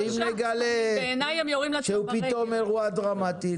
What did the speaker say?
ואם נגלה שהוא פתאום אירוע דרמטי.